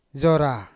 zora